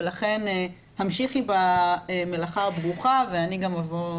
ולכן המשיכי במלאכה הברוכה ואני גם אבוא